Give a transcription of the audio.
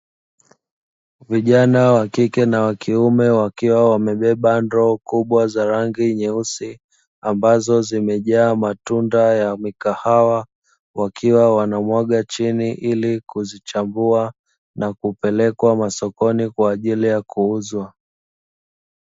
Vijana wakike na wa kiume wakiwa wamebeba ndoo kubwa za rangi nyeusi ambazo zimejaa matunda ya mikahawa wakiwa wanamwaga chini ili kuzichambua na kupelekwa masokoni kwajili ya kuuzwa.